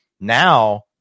now